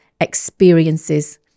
experiences